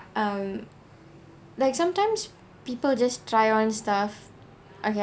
um like sometimes people just try on stuff okay I'm